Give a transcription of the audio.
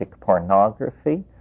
pornography